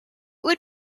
would